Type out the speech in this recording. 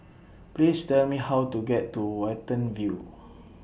Please Tell Me How to get to Watten View